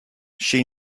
she